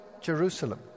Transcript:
Jerusalem